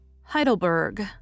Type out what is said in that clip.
Heidelberg